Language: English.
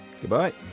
Goodbye